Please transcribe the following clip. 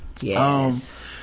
Yes